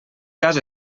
cas